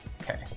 Okay